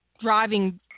driving